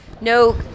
no